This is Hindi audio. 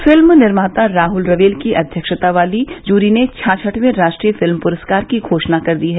फिल्म निर्माता राहुल रवेल की अध्यक्षता वाली जूरी ने छाछठवें राष्ट्रीय फिल्म पुरस्कार की घोषणा कर दी है